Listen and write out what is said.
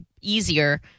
easier